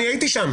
אני הייתי שם,